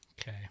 Okay